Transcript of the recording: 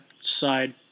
side